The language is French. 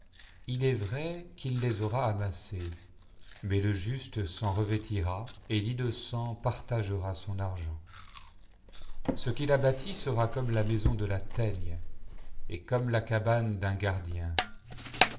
il est vrai qu'il les aura amassés mais le juste s'en revêtira et l'innocent partagera son argent ce qu'il a bâti sera comme la maison de la teigne et comme la cabane d'un gardien